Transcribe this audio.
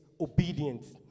obedience